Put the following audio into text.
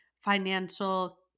financial